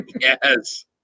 Yes